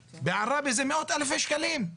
בעראבה זה מאות אלפי שקלים.